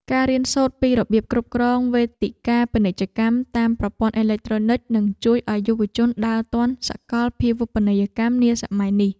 ការរៀនសូត្រពីរបៀបគ្រប់គ្រងវេទិកាពាណិជ្ជកម្មតាមប្រព័ន្ធអេឡិចត្រូនិចនឹងជួយឱ្យយុវជនដើរទាន់សកលភាវូបនីយកម្មនាសម័យនេះ។